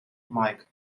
mike